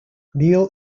neil